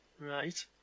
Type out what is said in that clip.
Right